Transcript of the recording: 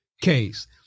case